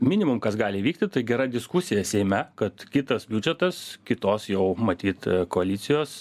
minimum kas gali įvykti tai gera diskusija seime kad kitas biudžetas kitos jau matyt koalicijos